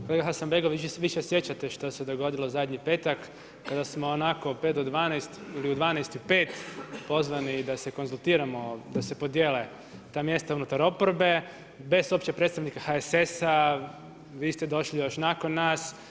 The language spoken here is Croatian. Kolega Hasanbegović, vi se sjećate što se dogodilo zadnji petak kada smo onako 5 do 12 ili u 12,05 pozvani da se konzultiramo, da se podijele ta mjesta unutar oporbe, bez uopće predstavnika HSS-a, vi ste došli još nakon nas.